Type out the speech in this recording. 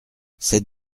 sept